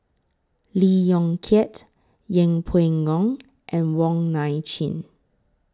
Lee Yong Kiat Yeng Pway Ngon and Wong Nai Chin